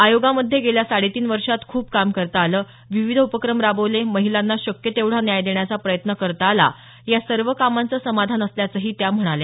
आयोगामध्ये गेल्या साडेतीन वर्षांत खूप काम करता आलं विविध उपक्रम राबवले महिलांना शक्य तेवढा न्याय देण्याचा प्रयत्न करता आला या सर्व कामाच समाधान असल्याही त्या म्हणाल्या